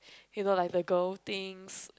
you know like the girl things